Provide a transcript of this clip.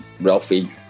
Ralphie